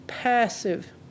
passive